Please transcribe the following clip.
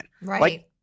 Right